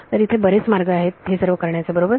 तर येथे बरेच मार्ग आहेत हे सर्व करण्याचे बरोबर